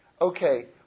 okay